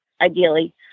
ideally